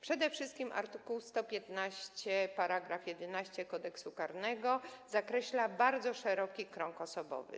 Przede wszystkim art. 115 § 11 Kodeksu karnego zakreśla bardzo szeroki krąg osobowy.